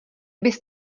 bys